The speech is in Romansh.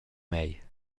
mei